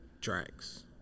tracks